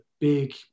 big